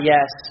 Yes